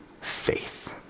faith